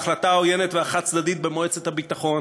ההחלטה העוינת והחד-צדדית במועצת הביטחון,